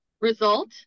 Result